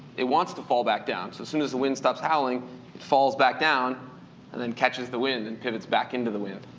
it wants to fall back down. so as soon as the wind stops howling, it falls back down and then catches the wind, and pivots back into the wind.